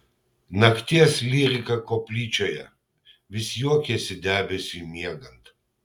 nakties lyrika koplyčioje vis juokėsi debesiui miegant